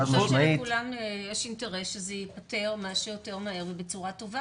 אני חושבת שלכולם יש אינטרס שזה ייפתר כמה שיותר מהר ובצורה טובה,